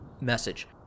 message